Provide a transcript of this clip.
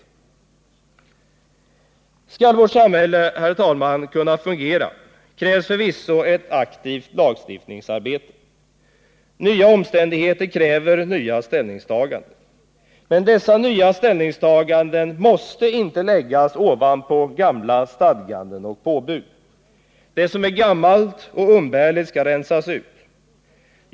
Herr talman! Skall vårt samhälle kunna fungera krävs förvisso ett aktivt lagstiftningsarbete. Nya omständigheter kräver nya ställningstaganden. Men dessa nya ställningstaganden måste inte läggas ovanpå gamla stadganden och påbud. Det som är gammalt och umbärligt skall rensas ut.